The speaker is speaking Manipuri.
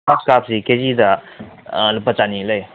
ꯒ꯭ꯔꯥꯁ ꯀꯥꯞꯁꯤ ꯀꯦꯖꯤꯗ ꯂꯨꯄꯥ ꯆꯥꯅꯤ ꯂꯩ